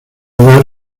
lugar